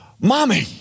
Mommy